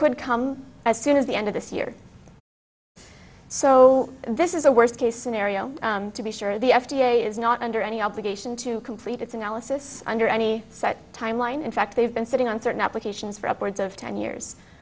could come as soon as the end of this year so this is a worst case scenario to be sure the f d a is not under any obligation to complete its analysis under any such timeline in fact they've been sitting on certain applications for upwards of ten years